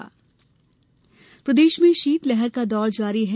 मौसम प्रदेश में शीतलहर का दौर जारी है